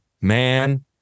man